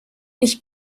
ich